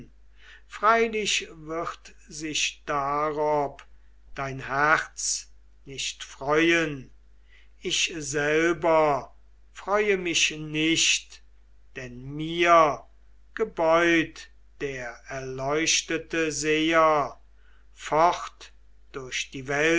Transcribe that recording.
freilich wird sich darob dein herz nicht freuen ich selber freue mich nicht denn mir gebeut der erleuchtete seher fort durch die